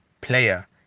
player